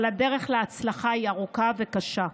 אבל הדרך להצלחה היא ארוכה וקשה.